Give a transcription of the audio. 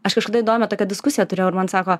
aš kažkada įdomią tokią diskusiją turėjau ir man sako